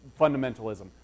fundamentalism